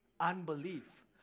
unbelief